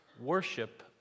worship